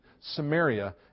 Samaria